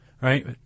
right